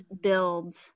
build